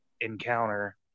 encounter